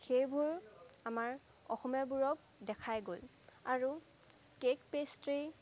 সেইবোৰ আমাৰ অসমীয়াবোৰক দেখাই গ'ল আৰু কেক পেষ্ট্ৰী